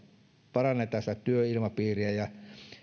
parannetaan työilmapiiriä ja